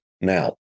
Now